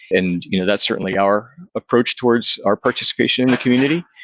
and you know that's certainly our approach towards our participation in the community,